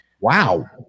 Wow